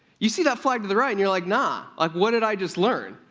you see that flag to the right, and you're like, nah, like what did i just learn?